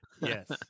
Yes